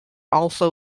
also